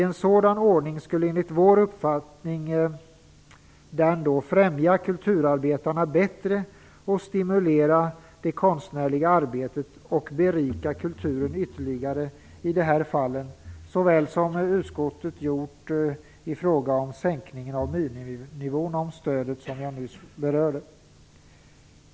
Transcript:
En sådan ordning skulle enligt vår uppfattning främja kulturarbetarna bättre och stimulera det konstnärliga arbetet. Kulturen skulle berikas ytterligare i det här fallet, liksom utskottet gjort i fråga om sänkningen av miniminivån för stödet, som jag nyss berörde.